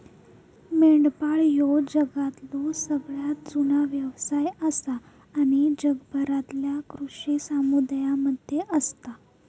मेंढपाळ ह्यो जगातलो सगळ्यात जुनो व्यवसाय आसा आणि जगभरातल्या कृषी समुदायांमध्ये असता